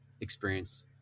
experience